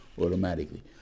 automatically